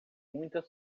muita